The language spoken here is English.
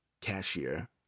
cashier